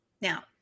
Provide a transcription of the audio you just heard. now